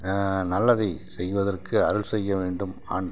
நல்லதை செய்வதற்கு அருள் செய்ய வேண்டும் ஆண்